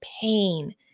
pain